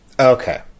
Okay